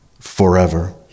forever